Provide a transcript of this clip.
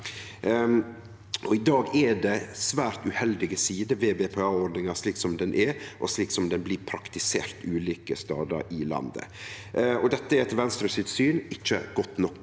I dag er det svært uheldige sider ved BPA-ordninga slik ho er, og slik ho blir praktisert ulike stader i landet. Dette er, etter Venstre sitt syn, ikkje godt nok.